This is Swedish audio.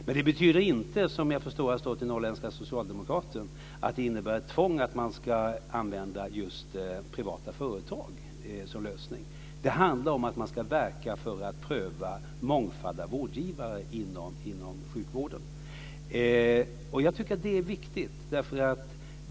Men det betyder inte, som jag har förstått att det står i Norrländska Socialdemokraten, ett tvång att man ska använda just privata företag som lösning. Det handlar om att man ska verka för att pröva en mångfald av vårdgivare inom sjukvården. Jag tycker att detta är viktigt.